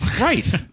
Right